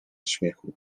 śmiechu